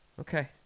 Okay